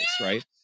right